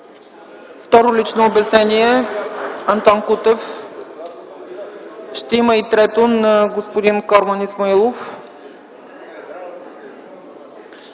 Второ лично обяснение – Антон Кутев. Ще има и трето – на господин Корман Исмаилов.